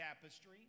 Tapestry